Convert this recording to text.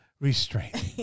restraint